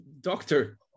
doctor